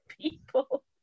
people